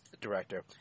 director